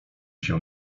się